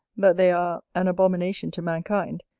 that they are an abomination to mankind,